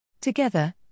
Together